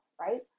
right